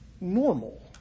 normal